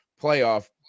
playoff